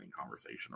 conversation